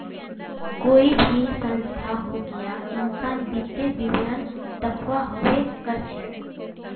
कोई भी संस्था होक या इंसान वित्तीय विवरण दखव्वा हबे कर छेक